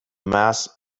mass